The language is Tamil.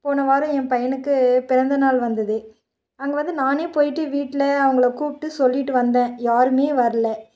போன வாரம் என் பையனுக்குப் பிறந்த நாள் வந்துது அங்கே வந்து நானே போய்விட்டு வீட்டில் அவங்கள கூப்பிட்டு சொல்லிட்டு வந்தேன் யாருமே வரல